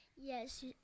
Yes